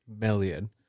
million